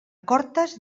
cortes